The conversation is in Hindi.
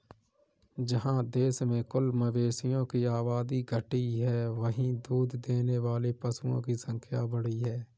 जहाँ देश में कुल मवेशियों की आबादी घटी है, वहीं दूध देने वाले पशुओं की संख्या बढ़ी है